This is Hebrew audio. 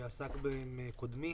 שעשה קודמי,